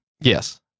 Yes